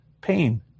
pain